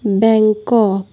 Bangkok